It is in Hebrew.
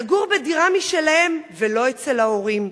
לגור בדירה משלהם ולא אצל ההורים,